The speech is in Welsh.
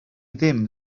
ddim